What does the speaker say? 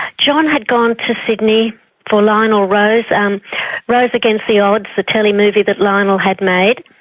john had gone to sydney for lionel rose, um rose against the odds, the telemovie that lionel had made.